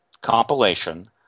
compilation